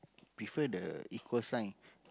prefer the equal sign